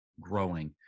growing